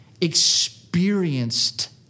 experienced